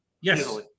Yes